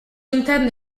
interno